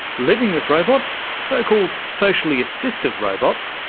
living with robots, so-called socially assistive robots,